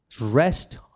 rest